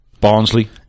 Barnsley